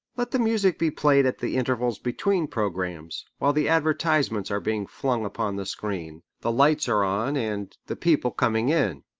let the music be played at the intervals between programmes, while the advertisements are being flung upon the screen, the lights are on, and the people coming in.